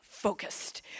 focused